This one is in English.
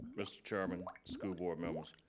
mr. chairman, school board members,